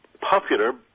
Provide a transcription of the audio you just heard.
popular